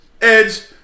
Edge